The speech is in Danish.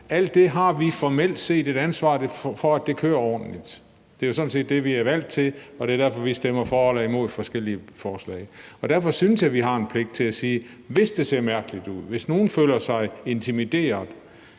politikere formelt set et ansvar for, at det kører ordentligt. Det er jo sådan set det, vi er valgt til, og det er derfor, vi stemmer for eller imod forskellige forslag. Derfor synes jeg da i hvert fald, hvis det ser mærkeligt ud, og hvis nogen føler sig intimideret,